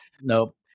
Nope